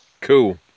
Cool